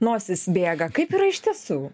nosis bėga kaip yra iš tiesų